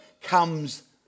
comes